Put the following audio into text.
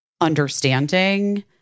understanding